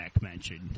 mentioned